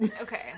Okay